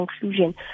conclusion